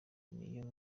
n’iyo